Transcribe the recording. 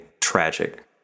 tragic